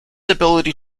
ability